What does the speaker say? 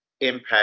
impact